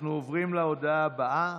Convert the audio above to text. עוברים להודעה הבאה,